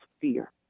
fear